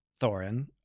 Thorin